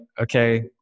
okay